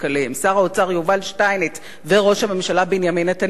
שר האוצר יובל שטייניץ וראש הממשלה בנימין נתניהו?